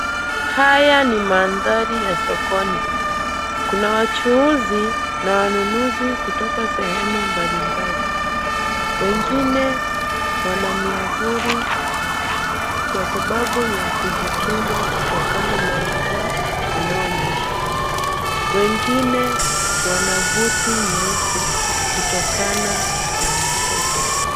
Haya ni mandhari ya sokoni. Kuna wachuuzi na wanunuzi kutoka sehemu mbalimbali. Wengine wana miavuli kwa sababu ya kujikinga kutokana na mvua unaonyesha. Wengine wana buti nyeusi kutokana na matope.